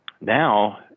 now